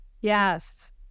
Yes